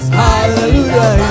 hallelujah